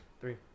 Three